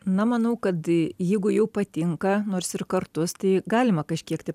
na manau kad jeigu jau patinka nors ir kartus tai galima kažkiek tai